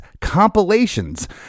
Compilations